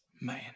man